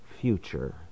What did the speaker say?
future